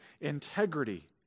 integrity